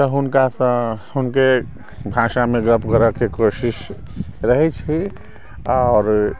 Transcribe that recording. तऽ हुनकासँ हुनके भाषामे गप्प करैके कोशिश रहै छै आओर